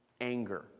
anger